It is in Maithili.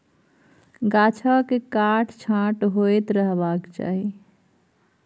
गाछक काट छांट होइत रहबाक चाही